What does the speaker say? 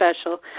special